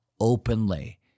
openly